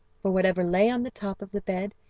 for whatever lay on the top of the bed,